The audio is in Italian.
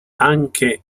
anche